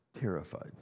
terrified